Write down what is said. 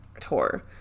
tour